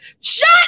Shut